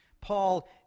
Paul